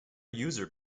user